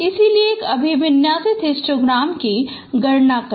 इसलिए एक अभिविन्यासित हिस्टोग्राम की गणना करें